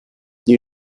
you